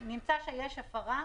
בפועל, נמצא שיש הפרה.